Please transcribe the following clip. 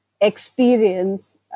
experience